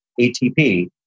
ATP